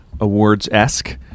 awards-esque